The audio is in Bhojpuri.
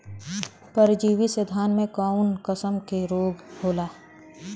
परजीवी से धान में कऊन कसम के रोग होला?